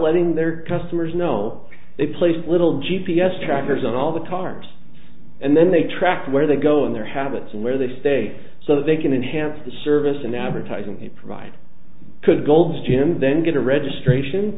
letting their customers know they place little g p s trackers on all the cars and then they track where they go and their habits and where they stay so they can enhance the service and advertising provide could gold's gym then get a registration